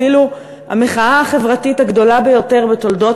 אפילו המחאה החברתית הגדולה ביותר בתולדות